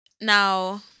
now